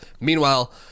Meanwhile